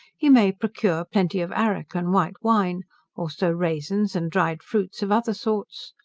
he may procure plenty of arrack and white wine also raisins, and dried fruits of other sorts.